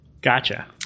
Gotcha